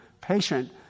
patient